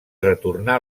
retornà